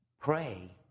pray